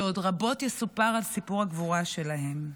שעוד רבות יספור על סיפור הגבורה שלהן.